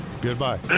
Goodbye